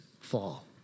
fall